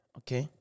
okay